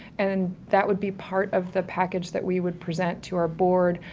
and that would be part of the package that we would present to our board,